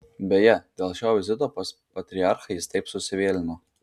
beje dėl šio vizito pas patriarchą jis taip susivėlino